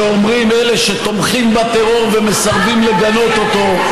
שאומרים אלה שתומכים בטרור ומסרבים לגנות אותו,